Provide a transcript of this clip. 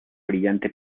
brillante